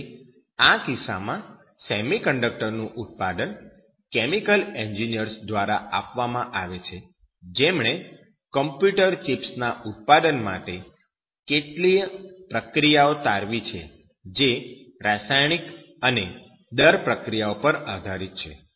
તેથી આ કિસ્સામાં સેમિકન્ડક્ટરનું ઉત્પાદન કેમિકલ એન્જિનિયર્સ દ્વારા આપવામાં આવે છે જેમણે કમ્પ્યુટર ચિપ્સ ના ઉત્પાદન માટે કેટલીય પ્રક્રિયાઓ તારવી છે જે રાસાયણિક અને દર પ્રક્રિયાઓ પર આધારીત છે